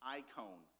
icon